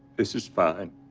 this is fine.